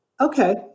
okay